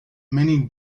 many